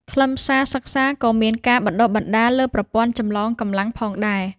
ខ្លឹមសារសិក្សាក៏មានការបណ្តុះបណ្តាលលើប្រព័ន្ធចម្លងកម្លាំងផងដែរ។